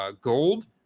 gold